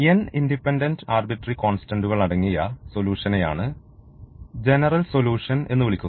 n independent arbitrary കോൺസ്റ്റന്റുകൾ അടങ്ങിയ സൊല്യൂഷനെയാണ് ജനറൽ സൊല്യൂഷൻ എന്നു വിളിക്കുന്നത്